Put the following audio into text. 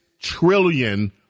trillion